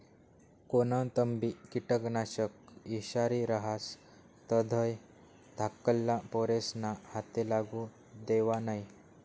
कोणतंबी किटकनाशक ईषारी रहास तधय धाकल्ला पोरेस्ना हाते लागू देवो नै